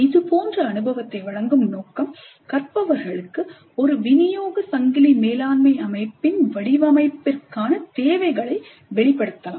இது போன்ற அனுபவத்தை வழங்கும் நோக்கம் கற்பவர்களுக்கு ஒரு விநியோக சங்கிலி மேலாண்மை அமைப்பின் வடிவமைப்பிற்கான தேவைகளை வெளிப்படுத்தலாம்